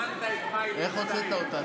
איך הוצאת אותה?